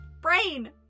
brain